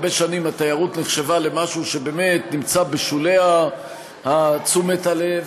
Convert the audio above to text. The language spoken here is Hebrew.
הרבה שנים התיירות נחשבה למשהו שבאמת נמצא בשולי תשומת הלב,